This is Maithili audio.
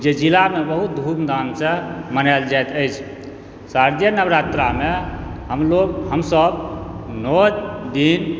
जे जिला मे बहुत धूम धाम सॅं मनायल जाइत अछि शारदीय नवरात्रा मे हमलोग हमसब नओ दिन